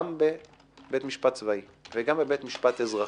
גם בבית משפט צבאי וגם בבית משפט אזרחי,